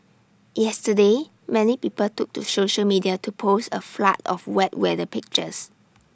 yesterday many people took to social media to post A flood of wet weather pictures